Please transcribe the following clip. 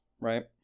Right